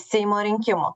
seimo rinkimų